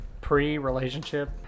pre-relationship